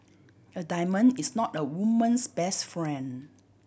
a diamond is not a woman's best friend